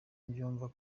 mbyumva